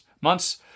months